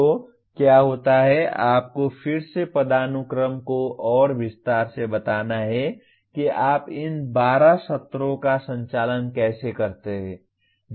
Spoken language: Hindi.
तो क्या होता है आपको फिर से पदानुक्रम को और विस्तार से बताना है कि आप इन 12 सत्रों का संचालन कैसे करते हैं